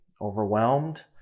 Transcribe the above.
overwhelmed